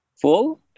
full